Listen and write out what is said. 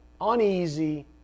uneasy